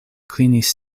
klinis